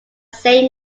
same